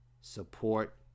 Support